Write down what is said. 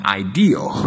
ideal